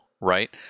right